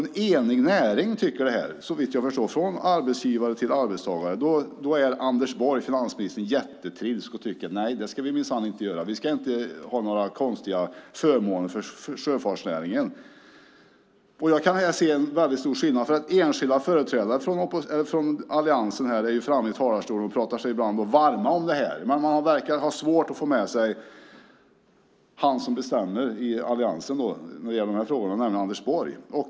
En enig näring tycker det också, såvitt jag förstår, från arbetsgivare till arbetstagare. Men då är Anders Borg, finansministern jättetrilsk och säger: Nej, det ska vi minsann inte göra! Vi ska inte ha några konstiga förmåner för sjöfartsnäringen. Jag kan se stora skillnader bland alliansens företrädare. Enskilda företrädare för alliansen pratar sig ibland varma för detta, men man verkar ha svårt att få med sig den som bestämmer i alliansen i de här frågorna, nämligen Anders Borg.